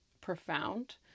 profound